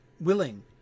willing